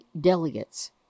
delegates